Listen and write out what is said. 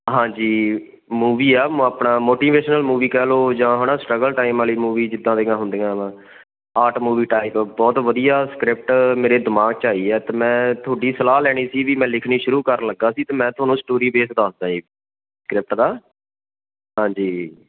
ਹਾਂਜੀ ਮੂਵੀ ਆ ਆਪਣਾ ਮੋਟੀਵੇਸ਼ਨਲ ਮੂਵੀ ਕਹਿ ਲਓ ਜਾਂ ਹੈ ਨਾ ਸਟਰਗਲ ਟਾਈਮ ਵਾਲੀ ਮੂਵੀ ਜਿੱਦਾਂ ਦੀਆਂ ਹੁੰਦੀਆਂ ਵਾ ਆਰਟ ਮੂਵੀ ਟਾਈਪ ਬਹੁਤ ਵਧੀਆ ਸਕ੍ਰਿਪਟ ਮੇਰੇ ਦਿਮਾਗ 'ਚ ਆਈ ਹੈ ਅਤੇ ਮੈਂ ਤੁਹਾਡੀ ਸਲਾਹ ਲੈਣੀ ਸੀ ਵੀ ਮੈਂ ਲਿਖਣੀ ਸ਼ੁਰੂ ਕਰਨ ਲੱਗਾ ਸੀ ਅਤੇ ਮੈਂ ਤੁਹਾਨੂੰ ਸਟੋਰੀ ਬੇਸ ਦੱਸਦਾ ਜੀ ਸਕ੍ਰਿਪਟ ਦਾ ਹਾਂਜੀ